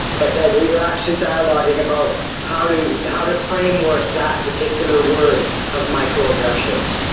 but that we were actually dialoguing about how to how to framework that particular word of microaggressions.